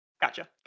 Gotcha